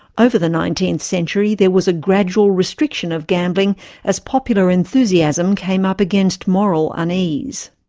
over the nineteenth century there was a gradual restriction of gambling as popular enthusiasm came up against moral unease.